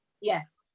Yes